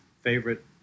favorite